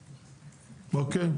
כן,